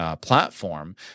platform